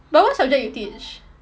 but what subject you teach